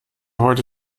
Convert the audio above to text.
heute